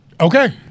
Okay